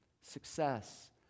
success